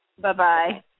bye-bye